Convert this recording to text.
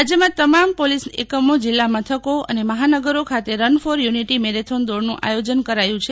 રાજ્યમાં તમામ પોલીસ એકમો જિલ્લા મથકો અને મહાનગરો ખાતે રન ફોર યુનિટી મેરેથોન દોડનું આયોજન કરાયું છે